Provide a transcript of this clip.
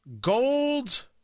Gold